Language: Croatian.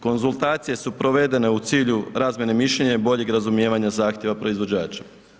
Konzultacije su provedene u cilju razmijene mišljenja i boljeg razumijevanja zahtjeva proizvođača.